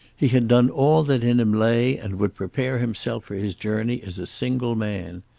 he had done all that in him lay and would prepare himself for his journey as a single man.